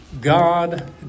God